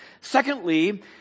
secondly